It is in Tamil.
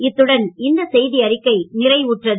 இத்துடன் இந்த செய்திஅறிக்கை நிறைவுபெறுகிறது